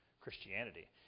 Christianity